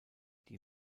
die